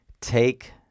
take